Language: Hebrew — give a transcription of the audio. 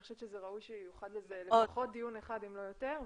אני חושבת שראוי שייוחד לזה לפחות דיון אחד אם לא יותר,